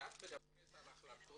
כשאת מדברת על החלטות